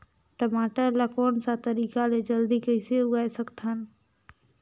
टमाटर ला कोन सा तरीका ले जल्दी कइसे उगाय सकथन?